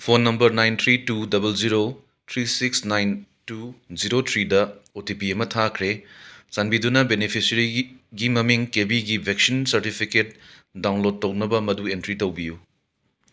phone number nine three two double zero three six nine two zero ꯊ꯭ꯔꯤꯗ O T P ꯑꯃ ꯊꯥꯈ꯭ꯔꯦ ꯆꯥꯟꯕꯤꯗꯨꯅ ꯕꯦꯅꯤꯐꯤꯁꯔꯤꯒꯤ ꯒꯤ ꯃꯃꯤꯡ ꯀꯦꯕꯤꯒꯤ ꯕꯦꯛꯁꯤꯟ ꯁꯔꯇꯤꯐꯤꯀꯦꯠ ꯗꯥꯎꯟꯂꯣꯠ ꯇꯧꯅꯕ ꯃꯗꯨ ꯑꯦꯟꯇ꯭ꯔꯤ ꯇꯧꯕꯤꯌꯨ